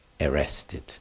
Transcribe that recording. arrested